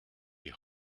die